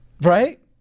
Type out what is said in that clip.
Right